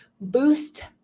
boost